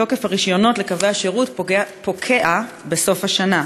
תוקף הרישיונות לקווי השירות פוקע בסוף השנה,